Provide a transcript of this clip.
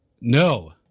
No